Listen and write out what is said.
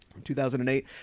2008